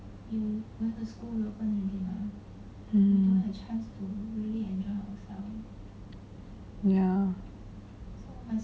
hmm ya